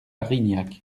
rignac